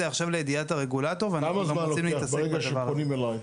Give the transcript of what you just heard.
זה עכשיו לידיעת הרגולטור ואנחנו גם רוצים להתעסק בדבר הזה.